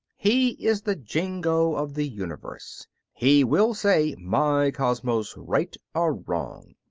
he is the jingo of the universe he will say, my cosmos, right or wrong.